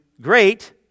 great